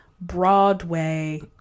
Broadway